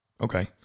Okay